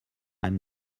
i’m